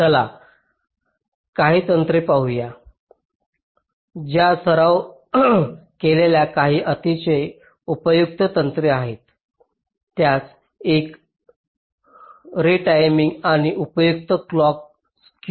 चला काही तंत्रे पाहू या ज्या सराव केलेल्या काही अतिशय उपयुक्त तंत्रे आहेत त्यास एक रिटायमिंग आणि उपयुक्त क्लॉक स्क्यू म्हणून संदर्भित करतात